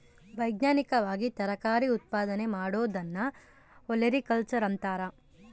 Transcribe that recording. ವೈಜ್ಞಾನಿಕವಾಗಿ ತರಕಾರಿ ಉತ್ಪಾದನೆ ಮಾಡೋದನ್ನ ಒಲೆರಿಕಲ್ಚರ್ ಅಂತಾರ